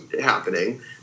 happening